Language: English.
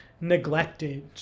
neglected